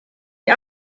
die